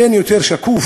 אין יותר שקוף.